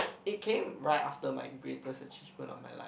it came right after my greatest achievement of my life